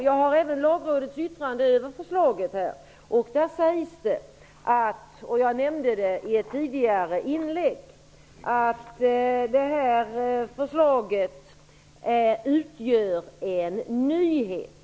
Jag har Lagrådets yttrande över förslaget här. Jag nämnde det i ett tidgare inlägg. Det står att det här förslaget utgör en nyhet.